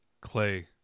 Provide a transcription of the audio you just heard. Clay